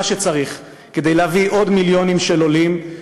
שצריך כדי להביא עוד מיליונים של עולים.